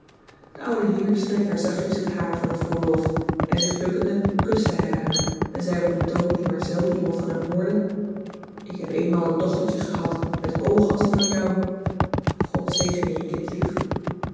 de oude heer streek haar zachtjes het haar van het voorhoofd en zich bukkende kuste hij haar en zei op een toon die maar zelden iemand van hem hoorde ik heb eenmaal een dochterje gehad met oogen als die van jou god zegene je